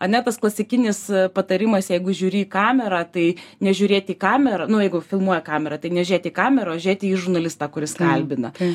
ane tas klasikinis patarimas jeigu žiūri į kamerą tai ne žiūrėti į kamerą nu jeigu filmuoja kamera tai ne žiūrėti į kamerą o žiūrėti į žurnalistą kuris kalbina